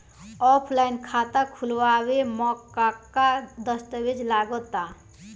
Offline खाता खुलावे म का का दस्तावेज लगा ता?